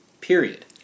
Period